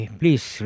please